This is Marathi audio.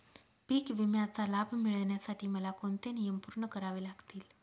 पीक विम्याचा लाभ मिळण्यासाठी मला कोणते नियम पूर्ण करावे लागतील?